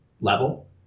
level